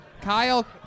Kyle